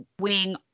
wing